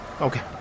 Okay